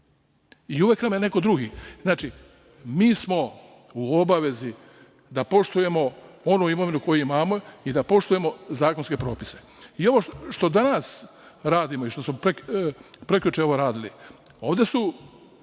I uvek nam je neko drugi… Znači, mi smo u obavezi da poštujemo onu imovinu koju imamo i da poštujemo zakonske propise. Ovo što danas radimo i što smo prekjuče radili, ovde su